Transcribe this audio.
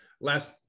last